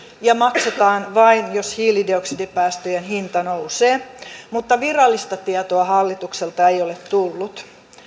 ja maksetaan vain jos hiilidioksidipäästöjen hinta nousee mutta virallista tietoa hallitukselta ei ole tullut